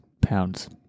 pounds